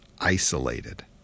isolated